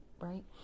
right